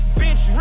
bitch